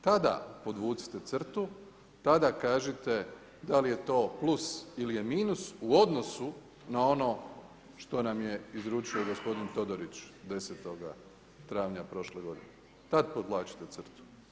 Tada podvucite crtu, tada kažite da li je to plus ili je minus u odnosu na ono što nam je izručio gospodin Todorić 10. travnja prošle godine, tad podvlačite crtu.